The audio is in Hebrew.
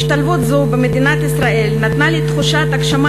השתלבות זו במדינת ישראל נתנה לי תחושת הגשמה